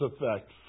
effects